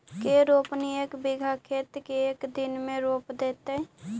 के रोपनी एक बिघा खेत के एक दिन में रोप देतै?